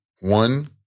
One